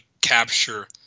capture